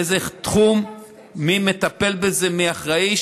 לאיזה תחום, מי מטפל בזה, מי אחראי.